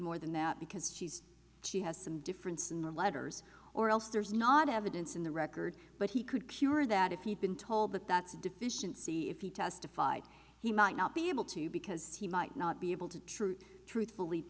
more than that because she's she has some difference in the letters or else there's not evidence in the record but he could cure that if you've been told that that's a deficiency if you testified he might not be able to because you might not be able to truly truthfully